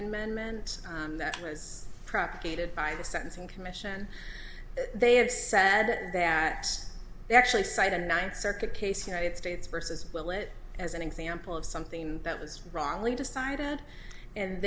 amendment that was propagated by the sentencing commission they have said that they actually cite a ninth circuit case united states versus well it as an example of something that was wrongly decided and